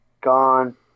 gone